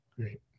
Great